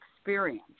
experience